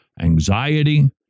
anxiety